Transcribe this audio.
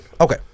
Okay